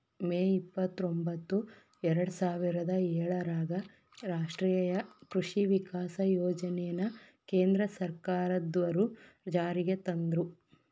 ಮೇ ಇಪ್ಪತ್ರೊಂಭತ್ತು ಎರ್ಡಸಾವಿರದ ಏಳರಾಗ ರಾಷ್ಟೇಯ ಕೃಷಿ ವಿಕಾಸ ಯೋಜನೆನ ಕೇಂದ್ರ ಸರ್ಕಾರದ್ವರು ಜಾರಿಗೆ ತಂದ್ರು